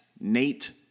Nate